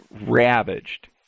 ravaged